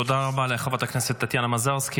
תודה רבה לחברת הכנסת טטיאנה מזרסקי.